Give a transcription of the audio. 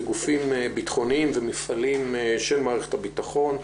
זה גופים ביטחוניים ומפעלים של מערכת הביטחון,